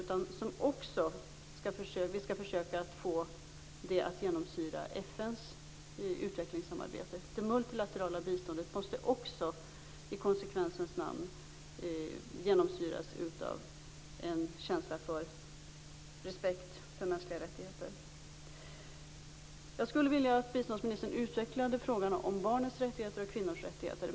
Vi skall också försöka få den politiken att genomsyra FN:s utvecklingssamarbete. Det multilaterala biståndet måste i konsekvensens namn också genomsyras av en känsla för respekt för mänskliga rättigheter. Jag skulle vilja att biståndsministern utvecklade frågan om barnens och kvinnornas rättigheter.